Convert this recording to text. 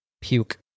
Puke